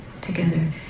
together